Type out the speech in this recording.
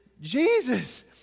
Jesus